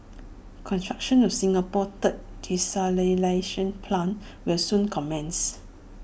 construction of Singapore's third desalination plant will soon commence